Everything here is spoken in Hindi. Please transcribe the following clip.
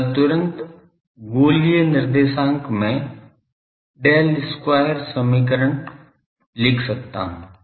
तो मैं तुरंत गोलीय निर्देशांक में डेल स्क्वायर समीकरण लिख सकता हूं